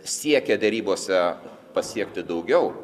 siekia derybose pasiekti daugiau